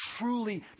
truly